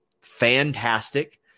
fantastic